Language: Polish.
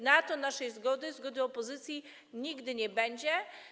Na to naszej zgody, zgody opozycji nigdy nie będzie.